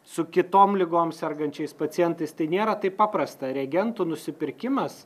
su kitom ligom sergančiais pacientais tai nėra taip paprasta reagentų nusipirkimas